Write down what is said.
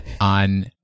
On